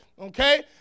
Okay